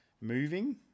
moving